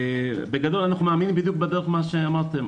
אנחנו מאמינים בדרך שדברתם עליה.